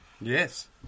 Yes